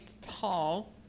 tall